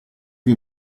più